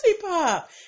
Pop